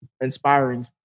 inspiring